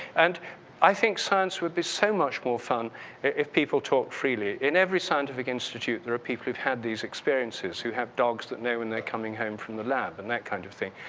and i think science would be so much more fun if people talk freely. in every scientific institute, there are people who've had these experiences who have dogs that know when they're coming home from the lab and that kind of thing.